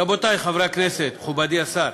רבותי חברי הכנסת, מכובדי השר,